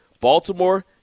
Baltimore